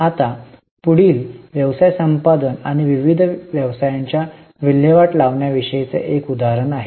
आता पुढील व्यवसाय संपादन आणि विविध व्यवसायांच्या विल्हेवाट लावण्या विषयीचे एक प्रकरण आहे